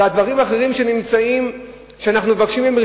והדברים האחרים שאנחנו מבקשים מהם,